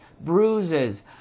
bruises